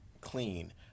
clean